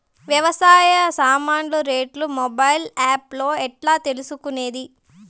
వ్యవసాయ సామాన్లు రేట్లు మొబైల్ ఆప్ లో ఎట్లా తెలుసుకునేది?